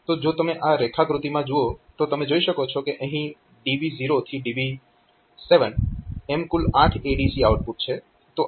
તો જો તમે આ રેખાકૃતિમાં જુઓ તો તમે જોઈ શકો છો કે અહીં DB 0 થી DB 7 એમ કુલ 8 ADC આઉટપુટ છે